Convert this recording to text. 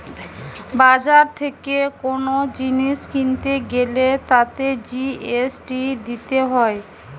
বাজার থেকে কোন জিনিস কিনতে গ্যালে তাতে জি.এস.টি দিতে হয়